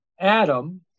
Adam